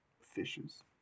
fishes